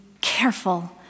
careful